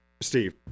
Steve